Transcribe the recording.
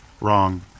wrong